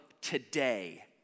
today